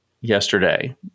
yesterday